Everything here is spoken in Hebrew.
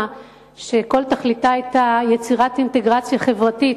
שכל תכליתה היתה יצירת אינטגרציה חברתית